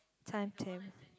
time tab~